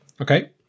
okay